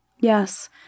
Yes